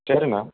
சரி அண்ணா